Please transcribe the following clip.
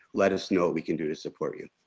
let us know we can do to support you.